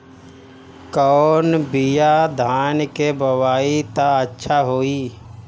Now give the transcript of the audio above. कौन बिया धान के बोआई त अच्छा होई?